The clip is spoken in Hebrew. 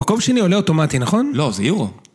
מקום שני עולה אוטומטי, נכון? לא, זה יורו.